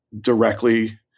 directly